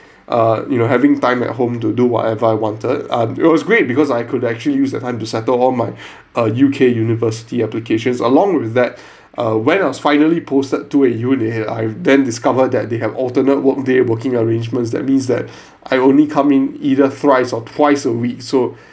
uh you know having time at home to do whatever I wanted and it was great because I could actually use that time to settle all my uh U_K university applications along with that uh when I was finally posted to a unit I'd then discovered that they have alternate workday working arrangements that means that I only come in either thrice or twice a week so